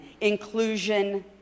Inclusion